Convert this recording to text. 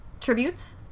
tributes